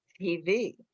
TV